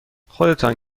خودتان